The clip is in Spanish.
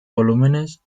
volúmenes